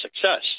success